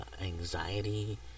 anxiety